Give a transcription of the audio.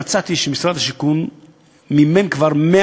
מצאתי שמשרד השיכון מימן כבר 100